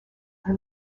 are